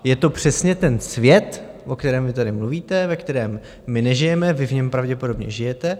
Je to přesně ten svět, o kterém vy tady mluvíte, ve kterém my nežijeme, vy v něm pravděpodobně žijete.